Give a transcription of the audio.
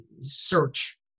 search